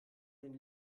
den